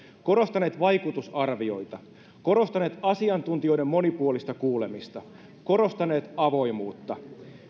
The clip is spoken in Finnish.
korostaneet vaikutusarvioita korostaneet asiantuntijoiden monipuolista kuulemista korostaneet avoimuutta